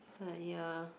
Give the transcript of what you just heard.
ya